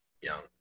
Young